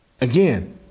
again